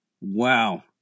Wow